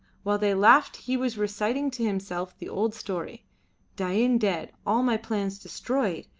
while they laughed he was reciting to himself the old story dain dead, all my plans destroyed.